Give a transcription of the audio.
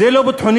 זה לא ביטחוני?